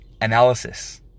analysis